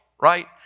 right